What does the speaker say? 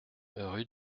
rue